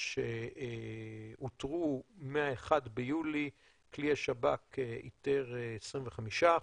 שאותרו מה-1 ביולי, כלי השב"כ איתר 25%,